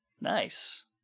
Nice